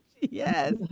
Yes